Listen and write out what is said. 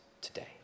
today